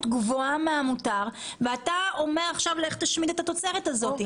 גבוהה מהמותר ואתה אומר עכשיו לך תשמיד את התוצרת הזאת.